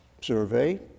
survey